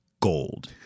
gold